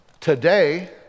today